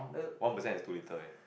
one percent is too little eh